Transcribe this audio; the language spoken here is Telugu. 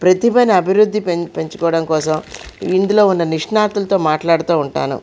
ప్రతి పని అభివృద్ధి పెంచుకోవడం కోసం ఇందులో ఉన్న నిష్ణాతులతో మాట్లాడుతూ ఉంటాను